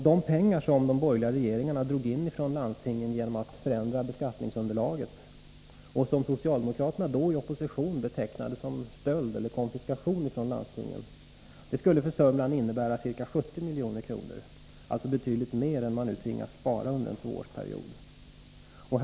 De pengar som de borgerliga regeringarna drog in från landstingen genom att förändra beskattningsunderlagen — i opposition betecknade socialdemokraterna det som stöld eller konfiskation från landstingen — innebär för Södermanland ca 70 milj.kr. Det är alltså betydligt mer än man nu under en tvåårsperiod tvingas spara.